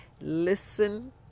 Listen